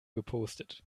gepostet